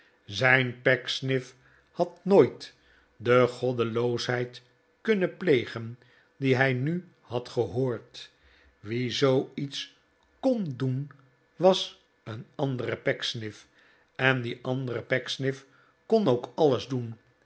n pecksniff had nooit de goddeloosheid kunnen plegen die hij nu had gehoord wie zooiets kon doen was een andere pecksniff en die andere pecksniff kon ook alles doen